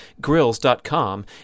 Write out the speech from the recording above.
grills.com